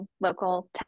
local